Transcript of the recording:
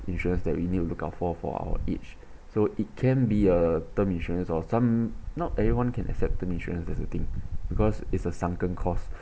insurance that we need to look out for for our age so it can be a term insurance or some not everyone can accept term insurance that's the thing because it's a sunken cost